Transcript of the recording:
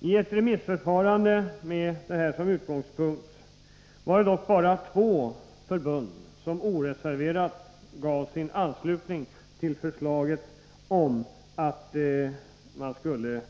I ett remissförfarande med detta som utgångspunkt var det dock bara två förbund som oreserverat gav sin anslutning till förslaget om tvångsanslutning.